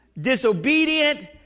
disobedient